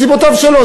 מסיבותיו שלו,